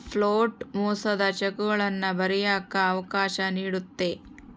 float ಮೋಸದ ಚೆಕ್ಗಳನ್ನ ಬರಿಯಕ್ಕ ಅವಕಾಶ ನೀಡುತ್ತೆ